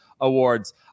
awards